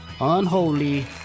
Unholy